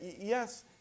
yes